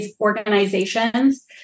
organizations